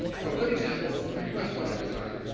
so a good example of having uncluttered design,